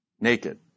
Naked